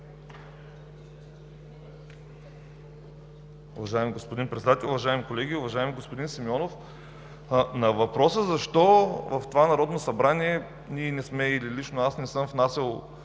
Уважаеми господин Председател, уважаеми колеги! Уважаеми господин Симеонов, на въпроса: защо в това Народно събрание ние и лично аз не съм внасял промени